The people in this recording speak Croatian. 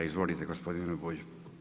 Izvolite gospodine Bulj.